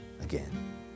again